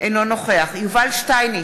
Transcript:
אינו נוכח יובל שטייניץ,